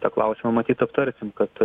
tą klausimą matyt aptarsim kad